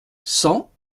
cent